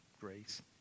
grace